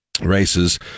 races